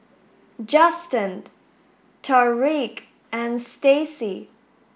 Justen Tariq and Staci